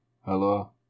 Hello